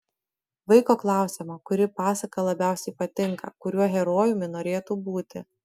vaiko klausiama kuri pasaka labiausiai patinka kuriuo herojumi norėtų būti